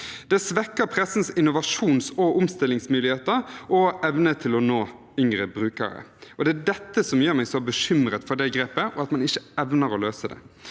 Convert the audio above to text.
Det svekker pressens innovasjons- og omstillingsmuligheter og evnen til å nå yngre brukere. Det er dette som gjør meg så bekymret for det grepet, og at man ikke evner å løse det.